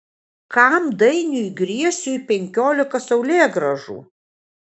kam dainiui griesiui penkiolika saulėgrąžų